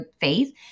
faith